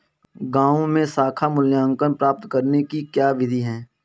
गाँवों में साख मूल्यांकन प्राप्त करने की क्या विधि है?